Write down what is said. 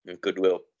goodwill